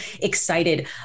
excited